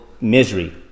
misery